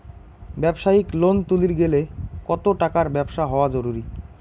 ব্যবসায়িক লোন তুলির গেলে কতো টাকার ব্যবসা হওয়া জরুরি?